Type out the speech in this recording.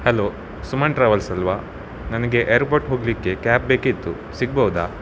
hello Suman travels ಅಲ್ವಾ ನನಗೆ airport ಹೋಗಲಿಕ್ಕೆ ಕ್ಯಾಬ್ ಬೇಕಿತ್ತು ಸಿಗ್ಬೌದಾ